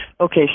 Okay